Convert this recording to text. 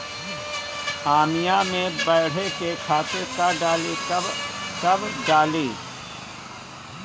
आमिया मैं बढ़े के खातिर का डाली कब कब डाली?